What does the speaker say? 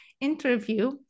interview